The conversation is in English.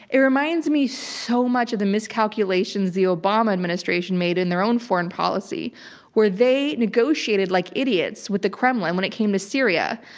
it reminds me so much of the miscalculations the obama administration made in their own foreign policy where they negotiated like idiots with the kremlin when it came to syria.